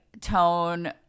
tone